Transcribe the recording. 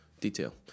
detail